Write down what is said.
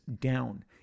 down